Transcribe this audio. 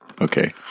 Okay